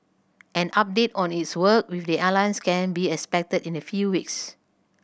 an update on its work with the airlines can be expected in a few weeks